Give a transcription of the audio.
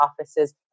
offices